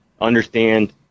understand